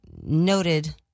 noted